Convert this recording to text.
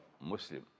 Muslim